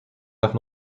have